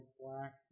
black